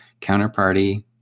Counterparty